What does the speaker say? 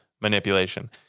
manipulation